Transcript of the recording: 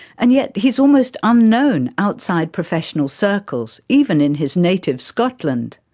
and yet he is almost unknown outside professional circles, even in his native scotland.